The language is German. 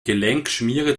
gelenkschmiere